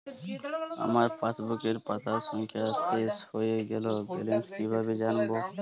আমার পাসবুকের পাতা সংখ্যা শেষ হয়ে গেলে ব্যালেন্স কীভাবে জানব?